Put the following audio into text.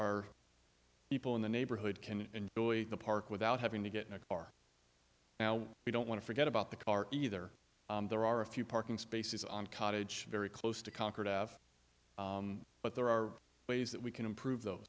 our people in the neighborhood can enjoy the park without having to get in a car now we don't want to forget about the car either there are a few parking spaces on cottage very close to concord half but there are ways that we can improve tho